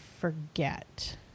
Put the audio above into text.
forget